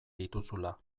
dituzula